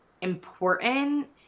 important